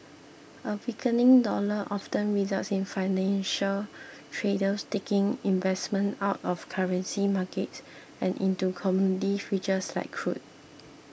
a weakening dollar often results in financial traders taking investments out of currency markets and into commodity futures like crude